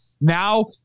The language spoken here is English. Now